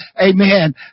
amen